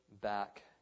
back